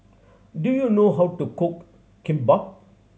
do you know how to cook Kimbap